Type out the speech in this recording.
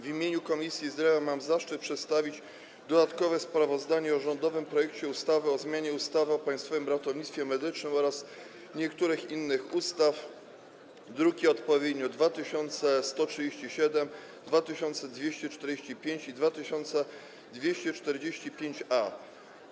W imieniu Komisji Zdrowia mam zaszczyt przedstawić dodatkowe sprawozdanie o rządowym projekcie ustawy o zmianie ustawy o Państwowym Ratownictwie Medycznym oraz niektórych innych ustaw, odpowiednio druki nr 2137, 2245 i 2245-A.